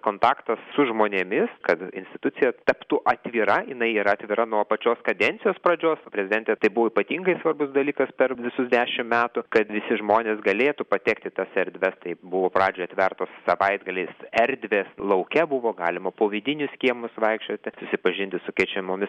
kontaktas su žmonėmis kad institucija taptų atvira jinai yra atvira nuo pačios kadencijos pradžios prezidentei tai buvo ypatingai svarbus dalykas per visus dešim metų kad visi žmonės galėtų patekt į tas erdves taip buvo pradžioj atvertos savaitgaliais erdvės lauke buvo galima po vidinius kiemus vaikščioti susipažinti su keičiamomis